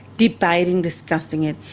debating, discussing it.